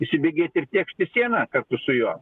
įsibėgėt ir tėkšt į sieną kartu su juo